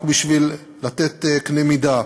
רק בשביל לתת קנה-מידה: